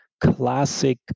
classic